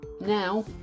Now